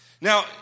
Now